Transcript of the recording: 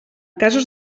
casos